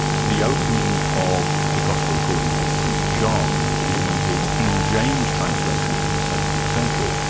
the opening of the gospel according to st john in the king james translation from the seventeenth century,